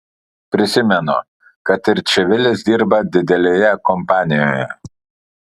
prisimenu kad ir čivilis dirba didelėje kompanijoje